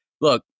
Look